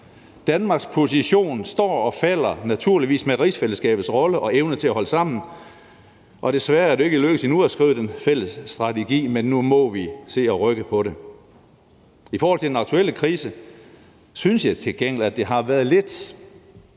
Danmarks position står og falder naturligvis med rigsfællesskabets rolle og evne til at holde sammen, og desværre er det jo ikke lykkedes endnu at skrive den fælles strategi, men nu må vi se at rykke på det. I forhold til den aktuelle krise synes jeg til gengæld, at det har været lidt